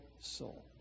soul